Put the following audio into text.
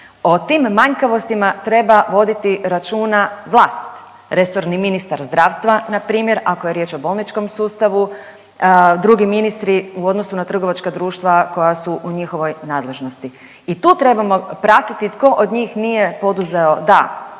O tim manjkavostima treba voditi računa vlast, resorni ministar zdravstva na primjer ako je riječ o bolničkom sustavu, drugi ministri u odnosu na trgovačka društva koja su u njihovoj nadležnosti. I tu trebamo pratiti tko od njih nije poduzeo da